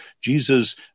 Jesus